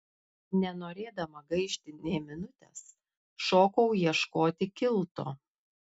nenorėdama gaišti nė minutės šokau ieškoti kilto